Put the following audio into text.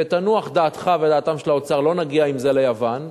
ותנוח דעתך ודעתם של האוצר, לא נגיע עם זה ליוון.